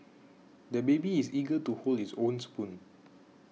the baby is eager to hold his own spoon